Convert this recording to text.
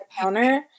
counter